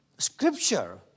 Scripture